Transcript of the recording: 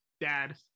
Dad